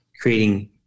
creating